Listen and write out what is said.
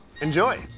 Enjoy